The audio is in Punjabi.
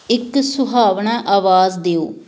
ਇੱਕ ਸੁਹਾਵਣਾ ਆਵਾਜ਼ ਦਿਓ